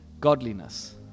godliness